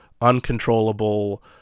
uncontrollable